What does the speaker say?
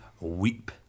weep